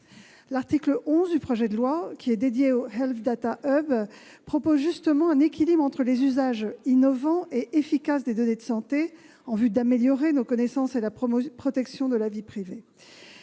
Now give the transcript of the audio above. L'article 11 de ce texte, qui est dédié au Health Data Hub, vise justement à parvenir à un équilibre entre les usages innovants et efficaces des données de santé, en vue d'améliorer nos connaissances et la protection de la vie privée.